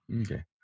okay